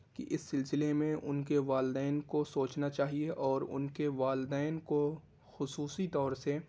کہ اس سلسلے میں ان کے والدین کو سوچنا چاہیے اور ان کے والدین کو خصوصی طور سے